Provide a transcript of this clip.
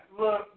Look